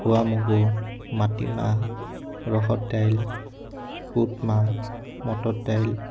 খোৱা মগু মাটিমাহ ৰহৰ দাইল বুটমাহ মটৰ দাইল